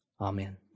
Amen